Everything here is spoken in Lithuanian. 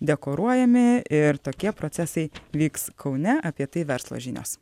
dekoruojami ir tokie procesai vyks kaune apie tai verslo žinios